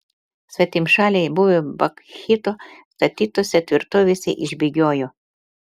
svetimšaliai buvę bakchido statytose tvirtovėse išbėgiojo